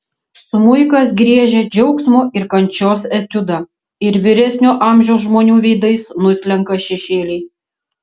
smuikas griežia džiaugsmo ir kančios etiudą ir vyresnio amžiaus žmonių veidais nuslenka šešėliai